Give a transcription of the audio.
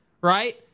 right